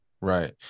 Right